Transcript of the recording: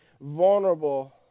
vulnerable